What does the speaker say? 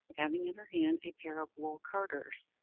having in her hand a pair of wool-carders,